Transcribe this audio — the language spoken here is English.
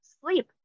Sleep